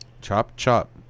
Chop-chop